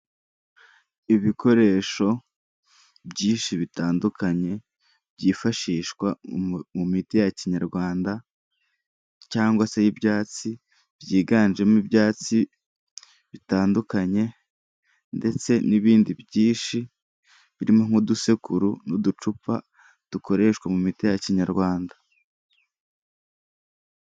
Ibikoresho byinshi bitandukanye byifashishwa mu miti ya kinyarwanda cyangwa se y'ibyatsi, byiganjemo ibyatsi bitandukanye ndetse n'ibindi byinshi birimo nk'udusekuru n'uducupa dukoreshwa mu miti ya kinyarwanda.